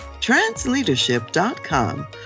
transleadership.com